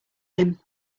him